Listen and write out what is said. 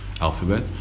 alphabet